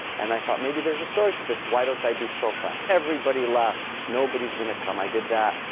and i thought, maybe there's a story to this. why don't i do chopin? everybody laughed. nobody's going to come. i did that.